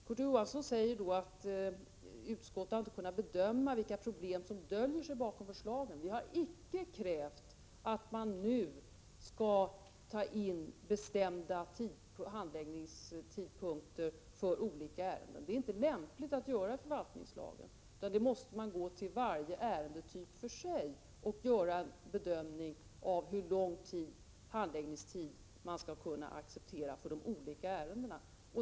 Kurt Ove Johansson säger att utskottet inte har kunnat bedöma vilka problem som döljer sig bakom förslagen. Vi har icke krävt att man nu i lagstiftningen skall fastställa bestämda handläggningstider för olika ärenden. Det är inte lämpligt att göra det i förvaltningslagen, utan här måste man behandla varje ärendetyp för sig och göra en bedömning av hur långa handläggningstider man skall kunna acceptera.